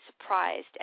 surprised